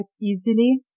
easily